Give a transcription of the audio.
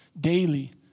daily